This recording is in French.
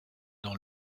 dans